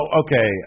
okay